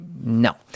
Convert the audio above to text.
no